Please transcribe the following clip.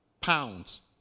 pounds